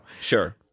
Sure